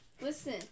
Listen